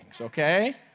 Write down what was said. okay